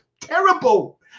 terrible